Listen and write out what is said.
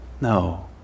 No